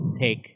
take